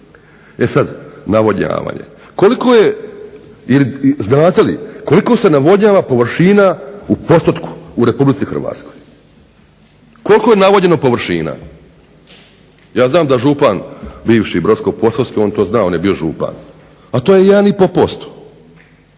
E sad, navodnjavanje. Koliko je i znate li koliko se navodnjava površina u postotku u RH? Koliko je navodnjeno površina? Ja znam da župan bivši brodsko-posavski on to zna on je bio župan, ali to je 1,5%.